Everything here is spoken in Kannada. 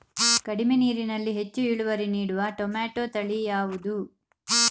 ಕಡಿಮೆ ನೀರಿನಲ್ಲಿ ಹೆಚ್ಚು ಇಳುವರಿ ನೀಡುವ ಟೊಮ್ಯಾಟೋ ತಳಿ ಯಾವುದು?